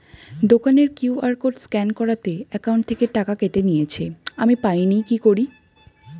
দোকানের QR code scan করাতে account থেকে টাকা কেটে নিয়েছে, আমি পাইনি কি করি?